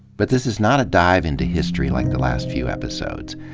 but this is not a dive into history like the last few episodes.